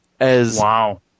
Wow